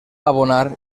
abonar